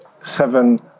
seven